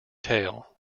tail